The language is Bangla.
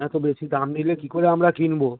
এতো বেশি দাম নিলে কী করে আমরা কিনবো